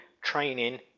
training